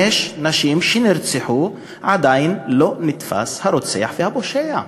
יש נשים שנרצחו ועדיין לא נתפס הרוצח והפושע,